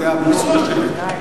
זה המקצוע שלי.